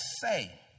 say